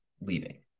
leaving